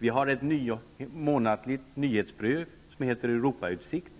Det finns ett månatligt nyhetsbrev som heter Europautsikt.